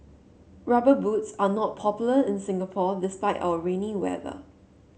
rubber boots are not popular in Singapore despite our rainy weather